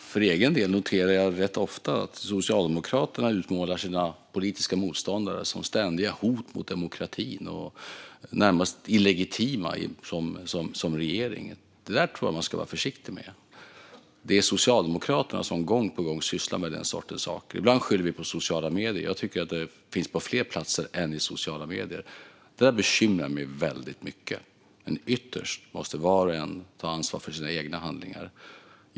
Herr talman! För egen del noterar jag ganska ofta att Socialdemokraterna utmålar sina politiska motståndare som ständiga hot mot demokratin och som närmast illegitima regeringsbildare. Det tror jag att man ska vara försiktig med. Det är Socialdemokraterna som gång på gång sysslar med den sortens saker. Ibland skyller vi på sociala medier. Jag tycker att det finns på fler platser än i sociala medier. Det bekymrar mig mycket. Men ytterst måste var och en ta ansvar för sina egna handlingar.